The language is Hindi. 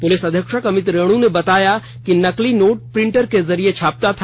पुलिस अधीक्षक अमित रेणु ने बताया कि नकली नोट प्रिंटर के जरिये छपता था